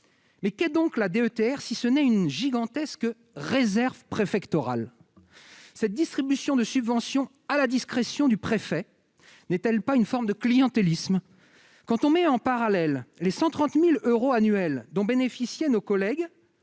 Mais qu'est donc la DETR si ce n'est une gigantesque réserve préfectorale ? Cette distribution de subventions à la discrétion du préfet ne constitue-t-elle pas une forme de clientélisme ? Quand on met en parallèle les 130 000 euros annuels dont bénéficiaient nos collègues